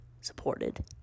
supported